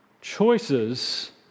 choices